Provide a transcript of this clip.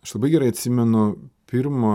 aš labai gerai atsimenu pirmą